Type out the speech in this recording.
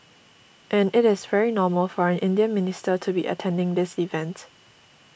and it is very normal for an Indian minister to be attending this event